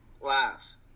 lives